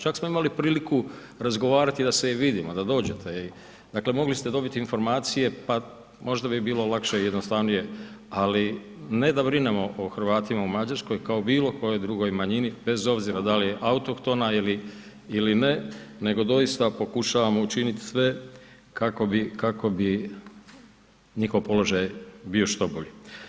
Čak smo imali priliku razgovarati da se i vidimo, da dođete i mogli ste dobiti informacije pa možda bi bilo lakše i jednostavnije, ali ne da brinemo o Hrvatima u Mađarskoj kao o bilo kojoj drugoj manjini bez obzira da li je autohtona ili ne, nego doista pokušavamo učiniti sve kako bi njihov položaj bio što bolji.